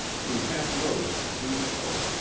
he half rose to do so,